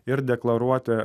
ir deklaruoti